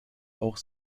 auch